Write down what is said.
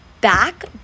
back